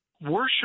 worship